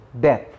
death